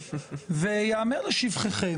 ויאמר לשבחכם,